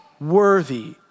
worthy